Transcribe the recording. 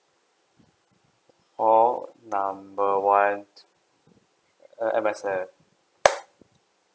call number one uh M_S_F